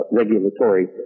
regulatory